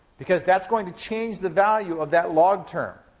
because that's going to change the value of that log term.